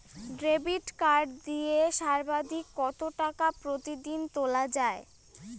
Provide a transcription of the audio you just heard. Debit card দিয়ে সর্বাধিক কত টাকা প্রতিদিন তোলা য়ায়?